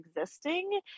existing